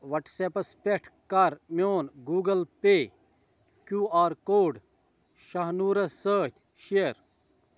وٹٕس اپَس پٮ۪ٹھ کَر میٛون گوٗگٕل پے کیٛوٗ آر کوڈ شاہنوٗرس سۭتی شیر